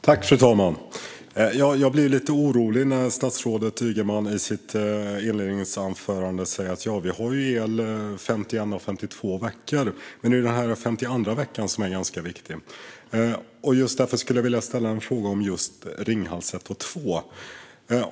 Fru talman! Jag blev lite orolig när statsrådet Ygeman i sitt inledningsanförande sa att vi har el 51 av 52 veckor. Det är ju den 52:a veckan som är viktig. Därför skulle jag vilja ställa en fråga om Ringhals 1 och 2.